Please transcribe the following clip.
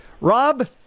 Rob